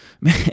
man